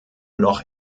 noch